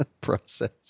process